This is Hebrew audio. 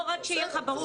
רק שיהיה לך ברור.